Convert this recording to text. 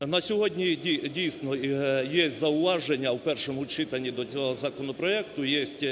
На сьогодні дійсно є зауваження у першому читанні до цього законопроекту, єсть